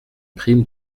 primes